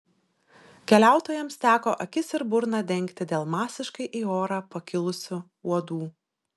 keliautojams teko akis ir burną dengti dėl masiškai į orą pakilusių uodų